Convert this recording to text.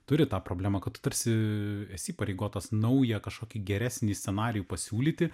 turi tą problemą kad tu tarsi esi įpareigotas naują kažkokį geresnį scenarijų pasiūlyti